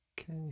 Okay